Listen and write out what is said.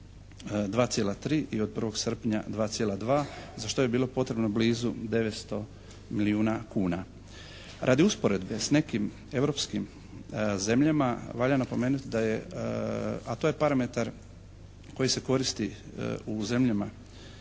2,3 i od 1. srpnja 2,2 za što je bilo potrebno blizu 900 milijuna kuna. Radi usporedbe s nekim europskim zemljama valja napomenuti da je a to je parametar koji se koristi u zemljama